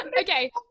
okay